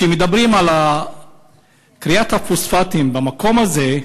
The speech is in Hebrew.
כשמדברים על כריית הפוספטים במקום הזה,